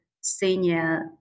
senior